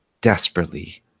desperately